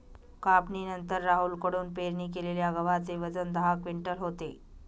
कापणीनंतर राहुल कडून पेरणी केलेल्या गव्हाचे वजन दहा क्विंटल होते